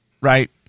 right